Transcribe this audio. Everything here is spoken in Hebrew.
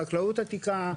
חקלאות עתיקה,